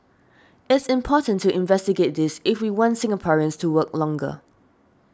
it's important to investigate this if we want Singaporeans to work longer